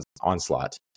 onslaught